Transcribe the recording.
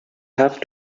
have